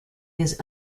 his